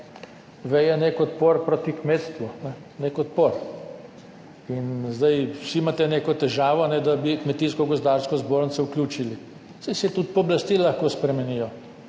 veje nek odpor proti kmetstvu, nek odpor in zdaj vsi imate neko težavo, da bi Kmetijsko gozdarsko zbornico vključili, saj se tudi pooblastila lahko spremenijo,